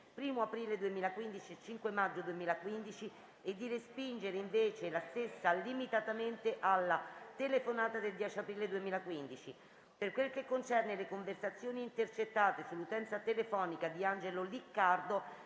1° aprile 2015 e 5 maggio 2015 e di respingere invece la stessa limitatamente alla telefonata del 10 aprile 2015; per quel che concerne le conversazioni intercettate sull'utenza telefonica di Angelo Liccardo,